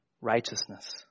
righteousness